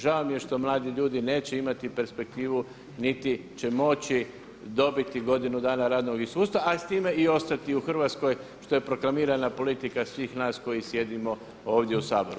Žao mi je što mladi ljudi neće imati perspektivu niti će moći dobiti godinu dana radnog iskustva, a s time i ostati u Hrvatskoj što je proklamirana politika svih nas koji sjedimo ovdje u Saboru.